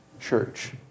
church